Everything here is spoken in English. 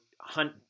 hunt